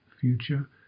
future